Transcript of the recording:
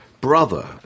brother